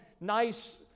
nice